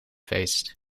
feest